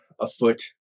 afoot